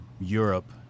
Europe